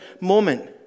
moment